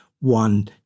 one